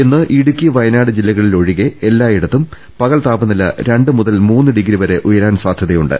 ഇന്ന് ഇടുക്കി വയ നാട് ജില്ലകളിലൊഴികെ എല്ലായിടത്തും പകൽ താപനില രണ്ട് മുതൽ മൂന്ന് ഡിഗ്രി വരെ ഉയരാൻ സാധ്യതയുണ്ട്